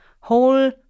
whole